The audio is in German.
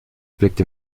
blickte